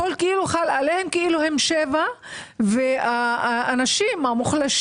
הכול כאילו חל עליהם כאילו הם 7 והאנשים המוחלשים